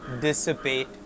dissipate